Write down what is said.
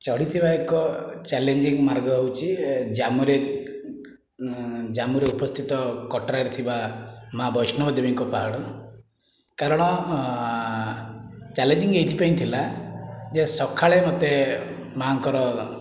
ଚଢ଼ିଥିବା ଏକ ଚ୍ୟାଲେଞ୍ଜିଂ ମାର୍ଗ ହେଉଛି ଜାମ୍ମୁରେ ଜାମ୍ମୁରେ ଉପସ୍ଥିତ କଟ୍ରାରେ ଥିବା ମା ବୈଷ୍ଣବ ଦେବୀଙ୍କ ପାହାଡ଼ କାରଣ ଚ୍ୟାଲେଞ୍ଜିଂ ଏଇଥିପାଇଁ ଥିଲା ଯେ ସଖାଳେ ମୋତେ ମାଆଙ୍କର